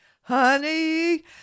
Honey